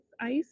ICE